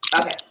Okay